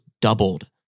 doubled